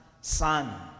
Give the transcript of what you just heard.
son